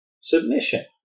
submission